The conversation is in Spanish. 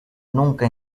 nunca